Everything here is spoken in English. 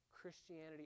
Christianity